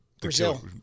Brazil